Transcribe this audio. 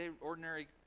ordinary